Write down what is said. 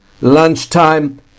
lunchtime